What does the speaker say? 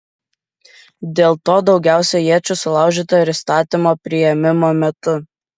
dėl to daugiausiai iečių sulaužyta ir įstatymo priėmimo metu